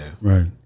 Right